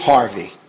Harvey